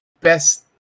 best